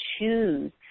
choose